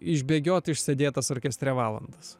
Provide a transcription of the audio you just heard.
išbėgiot išsėdėtas orkestre valandas